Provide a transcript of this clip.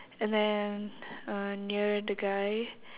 and then uh near the guy